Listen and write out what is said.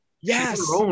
Yes